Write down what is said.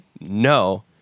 No